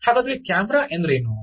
ಹಾಗಾದರೆ ಕ್ಯಾಮೆರಾ ಎಂದರೇನು